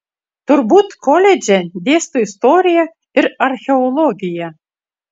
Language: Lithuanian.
turbūt koledže dėsto istoriją ir archeologiją